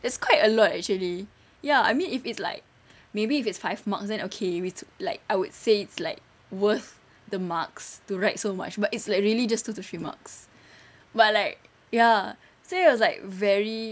it's quite a lot actually ya I mean if it's like maybe if it's five marks then okay which like I would say it's like worth the marks to write so much but it's like really just two to three marks but like ya so it was like very